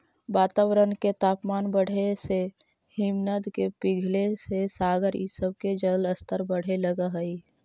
वातावरण के तापमान बढ़े से हिमनद के पिघले से सागर इ सब के जलस्तर बढ़े लगऽ हई